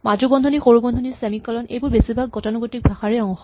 মাজু বন্ধনী সৰু বন্ধনী ছেমি কলন এইবোৰ বেছিভাগ গতানুগতিক ভাষাৰে অংশ